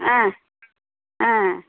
ஆ ஆ